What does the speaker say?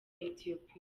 etiyopiya